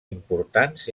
importants